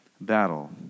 battle